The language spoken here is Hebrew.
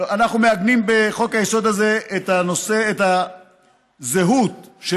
אנחנו מעגנים בחוק-היסוד הזה את הזהות של